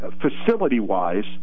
facility-wise